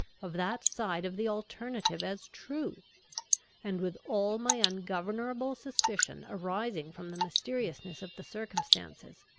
of that side of the alternative as true and with all my ungovernable suspicion arising from the mysteriousness of the circumstances,